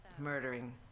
murdering